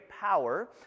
power